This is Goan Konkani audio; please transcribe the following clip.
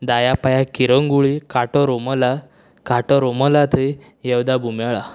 दाया पांयाक किरंगूळी कांटो रोमलां कांटो रोमलां थंय योदा भुमेळा